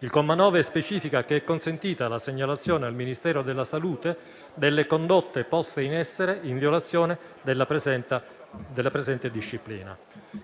Il comma 9 specifica che è consentita la segnalazione al Ministero della salute delle condotte poste in essere in violazione della presente disciplina.